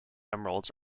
emeralds